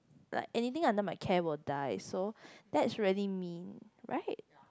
like anything under my care will die so that's really mean right